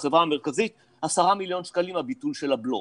החברה המרכזית 10 מיליון שקלים הביטול של הבלו,